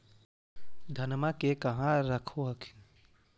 धनमा के कहा रख हखिन?